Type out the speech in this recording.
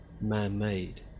man-made